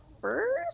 first